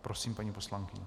Prosím, paní poslankyně.